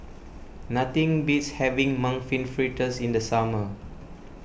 nothing beats having Mung Bean Fritters in the summer